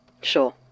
sure